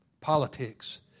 Politics